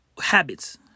habits